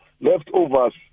leftovers